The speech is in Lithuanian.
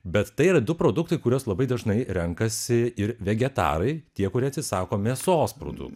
bet tai yra du produktai kuriuos labai dažnai renkasi ir vegetarai tie kurie atsisako mėsos produktų